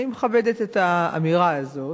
אני מכבדת את האמירה הזאת,